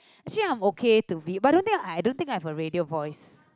actually I'm okay to be but I don't think I don't think I have a radio voice